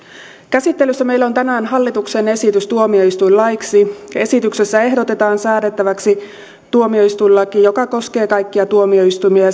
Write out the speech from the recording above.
käsittelyssä meillä on tänään hallituksen esitys tuomioistuinlaiksi esityksessä ehdotetaan säädettäväksi tuomioistuinlaki joka koskee kaikkia tuomioistuimia